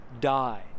die